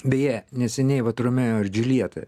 beje neseniai vat romeo ir džuljeta